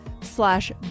slash